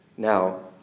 Now